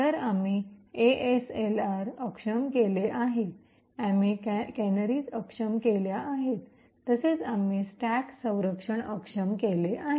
तर आम्ही एएसएलआर अक्षम केले आहे आम्ही कॅनरी अक्षम केल्या आहेत तसेच आम्ही स्टॅक संरक्षण अक्षम केले आहे